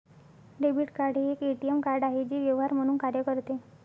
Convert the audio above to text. debit card हे एक ATM card आहे जे व्यवहार म्हणून कार्य करते